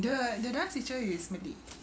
the the dance teacher is malay